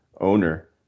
owner